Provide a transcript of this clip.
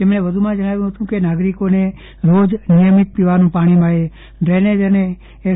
તેમણે વધુમાં જણાવ્યું હતું કે નાગરિકોને રોજ નિયમિત પીવાનું પાણી મળે ડ્રેનેજ અને એસ